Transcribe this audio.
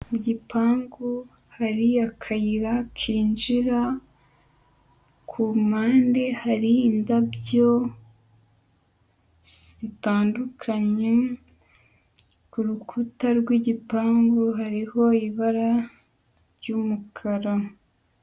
Mu gipangu hari akayira kinjira, ku mpande hari indabyo zitandukanye, ku rukuta rw'igipangu hariho ibara ry'umukara.